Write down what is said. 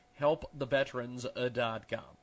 HelpTheVeterans.com